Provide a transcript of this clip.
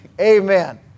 Amen